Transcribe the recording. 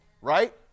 right